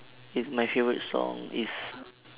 is my favourite song is